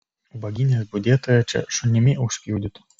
ubagynės budėtoją čia šunimi užpjudytų